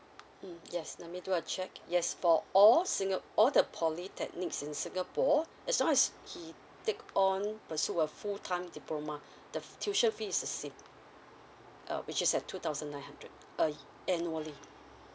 mm yes let me do a check yes for all singa~ all the polytechnics in singapore as long as he take on pursue a full time diploma the tuition fee is the same which is at two thousand nine hundred a annually